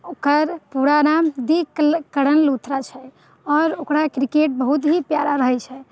ओकर पूरा नाम देव करण लूथरा छै आओर ओकरा क्रिकेट बहुत ही प्यारा रहैत छै